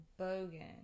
Bogan